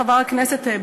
חבר הכנסת,